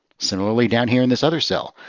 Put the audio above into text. similarly, down here in this other cell,